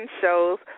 shows